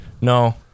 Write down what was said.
No